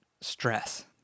stress